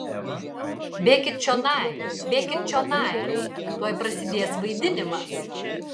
bėkit čionai bėkit čionai tuoj prasidės vaidinimas